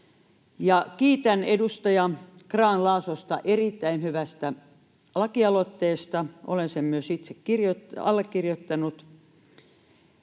Kiitän edustaja Grahn-Laasosta erittäin hyvästä lakialoitteesta — olen sen myös itse allekirjoittanut.